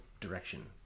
direction